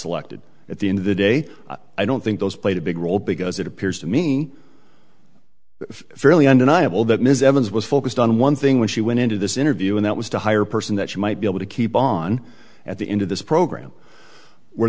selected at the end of the day i don't think those played a big role because it appears to me fairly undeniable that ms evans was focused on one thing when she went into this interview and that was to hire a person that she might be able to keep on at the end of this program where